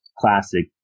classic